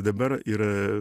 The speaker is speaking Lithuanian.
dabar yra